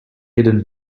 hidden